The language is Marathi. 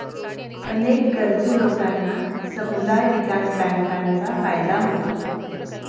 अनेक गरजू लोकांना समुदाय विकास बँकांचा फायदा होतो